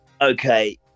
Okay